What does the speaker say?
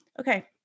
okay